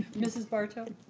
mrs. barto?